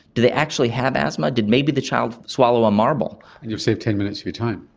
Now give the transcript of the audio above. do they actually have asthma, did maybe the child swallow a marble? and you've saved ten minutes of your time.